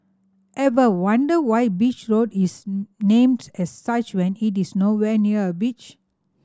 ever wonder why Beach Road is named as such when it is nowhere near a beach